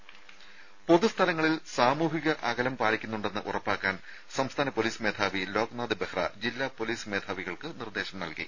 രുമ പൊതുസ്ഥലങ്ങളിൽ സാമൂഹ്യ അകലം പാലിക്കുന്നുണ്ടെന്ന് ഉറപ്പാക്കാൻ സംസ്ഥാന പൊലീസ് മേധാവി ലോക്നാഥ് ബെഹ്റ ജില്ലാ പൊലീസ് മേധാവികൾക്ക് നിർദ്ദേശം നൽകി